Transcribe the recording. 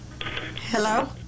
hello